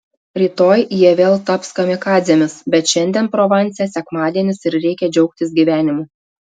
rytoj jie vėl taps kamikadzėmis bet šiandien provanse sekmadienis ir reikia džiaugtis gyvenimu